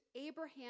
Abraham